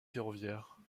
ferroviaire